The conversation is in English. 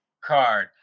card